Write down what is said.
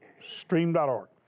Stream.org